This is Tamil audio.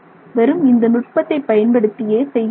வெறும் இந்த நுட்பத்தை பயன்படுத்தியே செய்கிறார்கள்